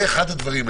זה אחד הדברים.